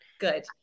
Good